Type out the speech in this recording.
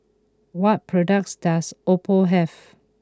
what products does Oppo have